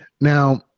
Now